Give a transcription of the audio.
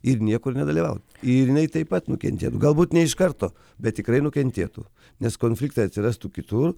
ir niekur nedalyvaut ir jinai taip pat nukentėtų galbūt ne iš karto bet tikrai nukentėtų nes konfliktai atsirastų kitur